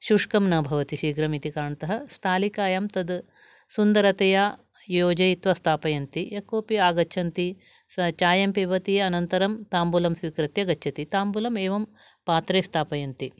शुष्कं न भवति शीघ्रम् इति कारणतः स्थलिकायां तद् सुन्दरतया योजयित्वा स्थापयन्ति यक्कोपि आगच्छन्ति स चायं पिबति अनन्तरं ताम्बुलं स्वीकृत्य गच्छति ताम्बुलम् एवं पात्रे स्थापयन्ति